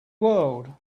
world